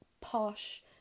posh